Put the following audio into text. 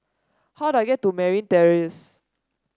how do I get to Merryn Terrace